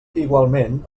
igualment